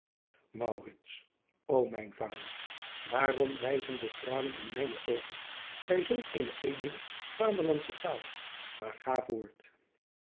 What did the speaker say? verschoonen mijn vader waarom rijzen de tranen in mijne oogen bij zulk eene edele vaderlandsche taal maar ga voort